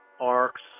arcs